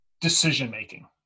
decision-making